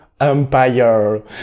Empire